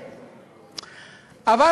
אבל,